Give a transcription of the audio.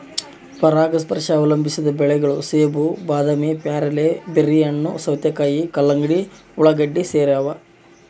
ಪರಾಗಸ್ಪರ್ಶ ಅವಲಂಬಿಸಿದ ಬೆಳೆಗಳು ಸೇಬು ಬಾದಾಮಿ ಪೇರಲೆ ಬೆರ್ರಿಹಣ್ಣು ಸೌತೆಕಾಯಿ ಕಲ್ಲಂಗಡಿ ಉಳ್ಳಾಗಡ್ಡಿ ಸೇರವ